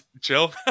chill